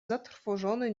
zatrwożony